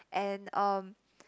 and um